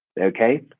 Okay